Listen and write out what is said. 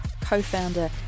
co-founder